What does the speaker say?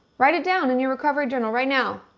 write it down in your recovery journal right now.